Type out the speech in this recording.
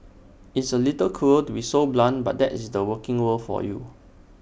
it's A little cruel to be so blunt but that's the working world for you